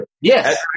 Yes